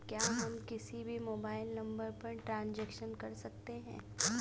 क्या हम किसी भी मोबाइल नंबर का ट्रांजेक्शन कर सकते हैं?